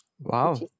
Wow